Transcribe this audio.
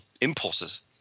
impulses